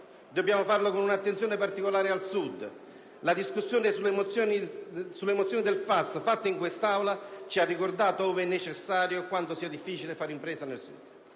Dobbiamo farlo con una attenzione particolare al Sud. La discussione delle mozioni sul FAS, fatta in questa Aula, ci ha ricordato, ove necessario, quanto sia difficile fare impresa nel Sud.